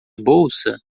bolsa